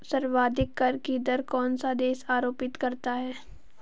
सर्वाधिक कर की दर कौन सा देश आरोपित करता है?